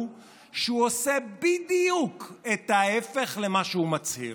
שהוא עושה בדיוק את ההפך ממה שהוא מצהיר.